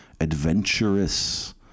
adventurous